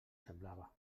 semblava